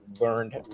learned